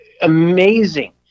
amazing